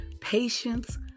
patience